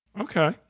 Okay